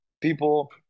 people